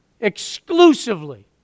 Exclusively